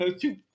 two